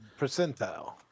Percentile